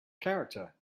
character